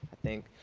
i think,